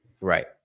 Right